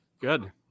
good